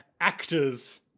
actors